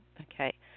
okay